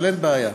אבל אין בעיה.